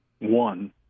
One